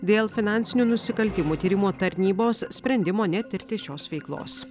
dėl finansinių nusikaltimų tyrimo tarnybos sprendimo netirti šios veiklos